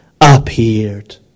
appeared